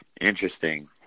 Interesting